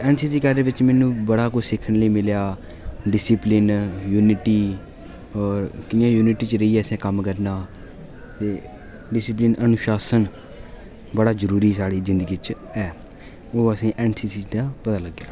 NCC cadets च मैनूं बड़ा किश सिक्खन गी मिलेआ डिस्पलिन यूनिटी कियां यूनिटी च रेहियै असें कम्म करना डिस्पलिन अनुशासन बड़ा जरूरी साढ़ी जिंदगी च ऐ ओह् असेंगी एनसीसी चा पता लग्गी जंदा